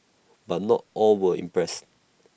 but not all were impressed